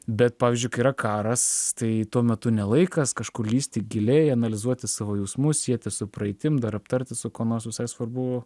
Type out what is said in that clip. bet pavyzdžiui kai yra karas tai tuo metu ne laikas kažkur lįsti giliai analizuoti savo jausmus sieti su praeitim dar aptarti su kuo nors visai svarbu